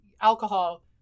alcohol